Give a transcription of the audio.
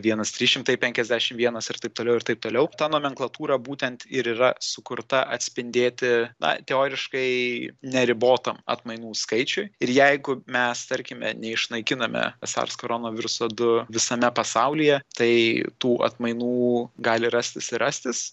vienas trys šimtai penkiasdešim vienas ir taip toliau ir taip toliau ta nomenklatūra būtent ir yra sukurta atspindėti na teoriškai neribotam atmainų skaičiui ir jeigu mes tarkime neišnaikiname sars koronoviruso du visame pasaulyje tai tų atmainų gali rastis ir rastis